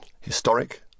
historic